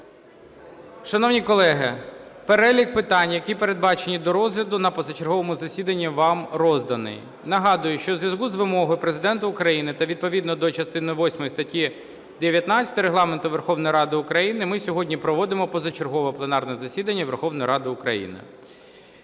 Шановні колеги, перелік питань, які передбачені до розгляду на позачерговому засіданні вам розданий. Нагадую, що, у зв'язку з вимогою Президента України та відповідно до частини восьмої статті 19 Регламенту Верховної Ради України, ми сьогодні проводимо позачергове пленарне засідання Верховної Ради України.